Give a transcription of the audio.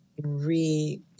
re-